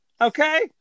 Okay